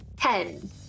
Ten